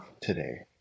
today